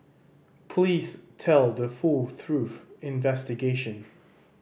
please tell the full truth investigation